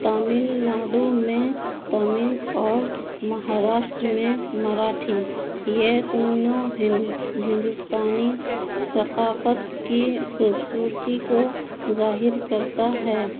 تمل ناڈو میں تمل اور مہاراشٹر میں مراٹھی یہ دونوں ہندوستانی ثقافت کی خوبصورتی کو ظاہر کرتا ہے